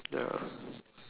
ya